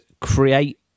create